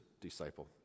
disciple